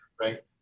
right